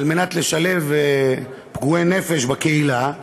כדי לשלב פגועי נפש בקהילה.